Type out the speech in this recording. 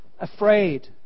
Afraid